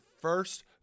first